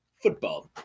Football